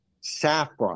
saffron